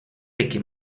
wiki